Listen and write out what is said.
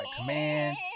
command